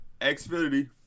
Xfinity